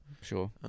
Sure